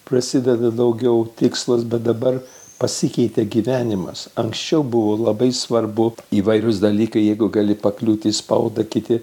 prasideda daugiau tikslas bet dabar pasikeitė gyvenimas anksčiau buvo labai svarbu įvairūs dalykai jeigu gali pakliūti į spaudą kiti